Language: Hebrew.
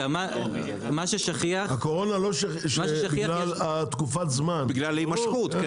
הקורונה בגלל ההימשכות.